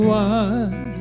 one